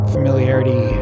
Familiarity